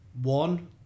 one